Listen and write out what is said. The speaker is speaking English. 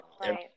right